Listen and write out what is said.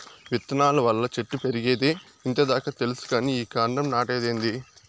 విత్తనాల వల్ల చెట్లు పెరిగేదే ఇంత దాకా తెల్సు కానీ ఈ కాండం నాటేదేందీ